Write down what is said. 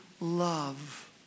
love